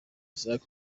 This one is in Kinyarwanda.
isaac